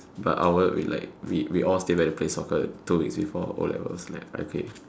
but our we like we we all stay back to play soccer two weeks before O-levels like I played